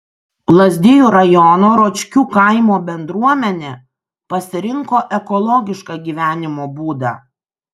lazdijų rajono ročkių kaimo bendruomenė pasirinko ekologišką gyvenimo būdą